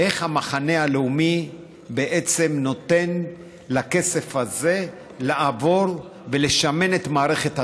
איך המחנה הלאומי בעצם נותן לכסף הזה לעבור ולשמן את מערכת הטרור?